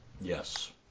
Yes